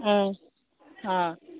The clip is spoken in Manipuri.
ꯎꯝ ꯑꯥ